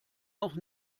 noch